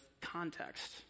context